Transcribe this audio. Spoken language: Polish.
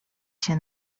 się